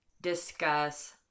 discuss